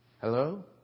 Hello